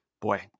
boy